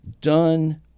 done